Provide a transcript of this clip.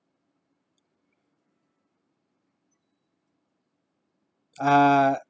uh